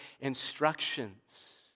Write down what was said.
instructions